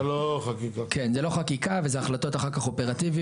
זה לא חקיקה וזה החלטות אחר כך אופרטיביות